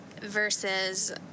versus